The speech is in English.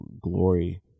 glory